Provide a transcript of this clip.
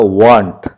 want